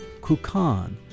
Kukan